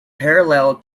parallel